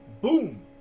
boom